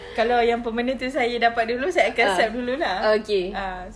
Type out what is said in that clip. kalau yang permanent itu saya dapat dulu saya akan accept dulu lah ah